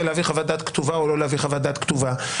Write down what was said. להביא חוות-דעת כתובה או לא להביא חוות-דעת כתובה.